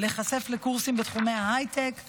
להיחשף לקורסים בתחומי ההייטק והטכנולוגיה.